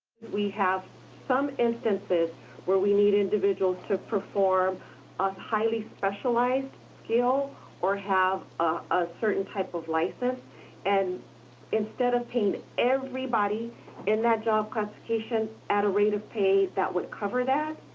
we have some instances where we need individuals to perform a highly specialized skill or have a certain type of license and instead of paying everybody in that job classification at a rate of pay that would cover that,